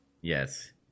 Yes